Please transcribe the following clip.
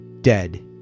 Dead